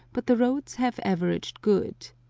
but the roads have averaged good.